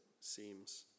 seems